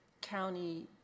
county